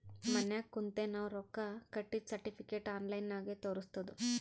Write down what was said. ಮನ್ಯಾಗ ಕುಂತೆ ನಾವ್ ರೊಕ್ಕಾ ಕಟ್ಟಿದ್ದ ಸರ್ಟಿಫಿಕೇಟ್ ಆನ್ಲೈನ್ ನಾಗೆ ತೋರಸ್ತುದ್